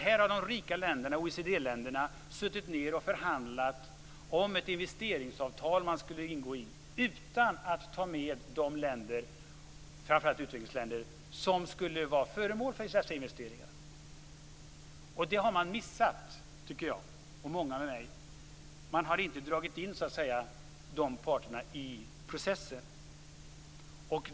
Här har de rika länderna, OECD-länderna, förhandlat om ett investeringsavtal man skulle ingå i utan att ta med de länder, framför allt utvecklingsländer, som skulle vara föremål för dessa investeringar. Det har man missat, tycker jag och många med mig. Man har så att säga inte dragit in de parterna i processen.